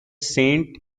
saint